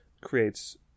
creates